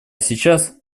сейчас